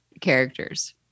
characters